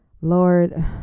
Lord